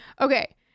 Okay